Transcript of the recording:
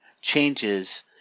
changes